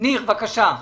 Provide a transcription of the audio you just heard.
ניר ברקת, בבקשה.